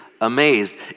amazed